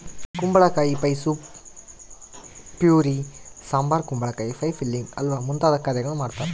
ಕುಂಬಳಕಾಯಿ pie soup puree sambar ಕುಂಬಳಕಾಯಿ pie filling halwa ಮುಂತಾದ ಖಾದ್ಯಗಳನ್ನು ಮಾಡ್ತಾರ